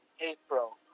April